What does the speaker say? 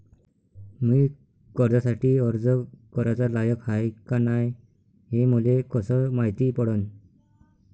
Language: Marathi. मी कर्जासाठी अर्ज कराचा लायक हाय का नाय हे मले कसं मायती पडन?